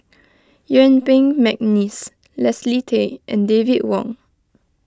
Yuen Peng McNeice Leslie Tay and David Wong